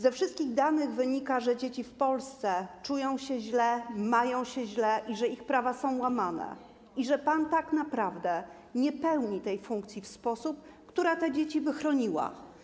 Ze wszystkich danych wynika, że dzieci w Polsce czują się źle, mają się źle, że ich prawa są łamane, że pan tak naprawdę nie pełni tej funkcji w sposób, który by te dzieci chronił.